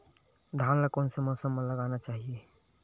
धान ल कोन से मौसम म लगाना चहिए?